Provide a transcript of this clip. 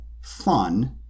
fun